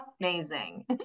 amazing